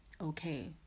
okay